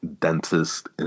dentist